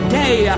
day